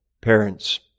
Parents